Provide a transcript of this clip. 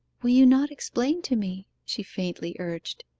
will you not explain to me she faintly urged.